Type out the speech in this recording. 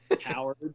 Howard